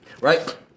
Right